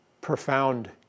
profound